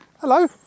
Hello